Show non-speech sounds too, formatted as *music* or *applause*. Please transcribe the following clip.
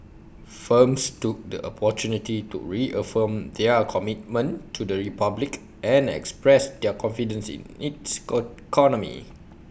firms took the opportunity to reaffirm their commitment to the republic and express their confidence in its co *unintelligible*